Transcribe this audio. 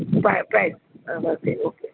પાયો પ્રાઇઝ આમાંથી ઓકે